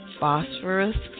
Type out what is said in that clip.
phosphorus